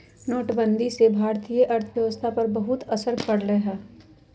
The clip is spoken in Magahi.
नोटबंदी से भारतीय अर्थव्यवस्था पर बहुत असर पड़ लय